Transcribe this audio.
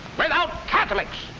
without catholics!